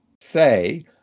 say